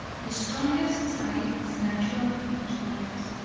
the strongest side is naturally victorious,